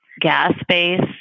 gas-based